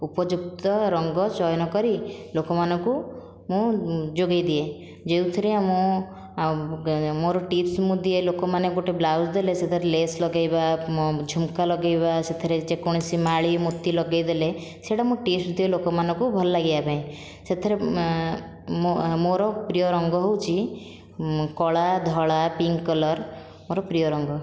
ଉପଯୁକ୍ତ ରଙ୍ଗ ଚୟନ କରି ଲୋକମାନଙ୍କୁ ମୁଁ ଯୋଗାଇ ଦିଏ ଯେଉଁଥିରେ ମୁଁ ଆଉ ମୋର ଟିପ୍ସ ଦିଏ ଲୋକମାନେ ଗୋଟିଏ ବ୍ଳାଉଜ ଦେଲେ ସେଥିରେ ଲେସ୍ ଲଗାଇବା ଝୁମ୍କା ଲଗାଇବା ସେଥିରେ ଯେକୌଣସି ମାଳୀ ମୋତି ଲଗାଇ ଦେଲେ ସେଟା ମୁଁ ଟିପ୍ସ ଦିଏ ଲୋକମାନଙ୍କୁ ଭଲ ଲାଗିବା ପାଇଁ ସେଥିରେ ମୋର ପ୍ରିୟ ରଙ୍ଗ ହେଉଛି କଳା ଧଳା ପିଙ୍କ୍ କଲର୍ ମୋର ପ୍ରିୟ ରଙ୍ଗ